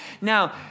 Now